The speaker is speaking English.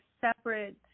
separate